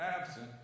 absent